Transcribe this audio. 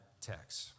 text